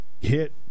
hit